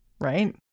right